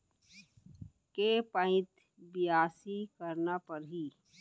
के पइत बियासी करना परहि?